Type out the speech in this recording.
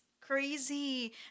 crazy